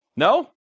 No